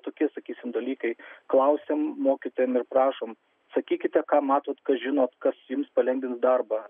tokie sakysim dalykai klausiam mokytojam ir prašom sakykite ką matot kas žinot kas jums palengvins darbą